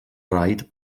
raid